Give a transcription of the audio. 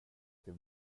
till